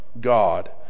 God